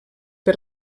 per